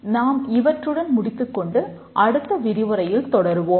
நாம் இவற்றுடன் முடித்துக் கொண்டு அடுத்த விரிவுரையில் தொடர்வோம்